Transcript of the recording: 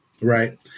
right